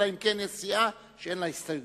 אלא אם כן יש סיעה שאין לה הסתייגויות.